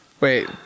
Wait